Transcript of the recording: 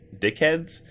dickheads